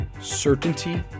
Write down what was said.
certainty